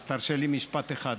אז תרשה לי משפט אחד.